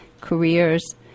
careers